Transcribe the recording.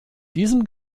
diesem